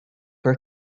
were